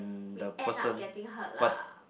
we end up getting hurt lah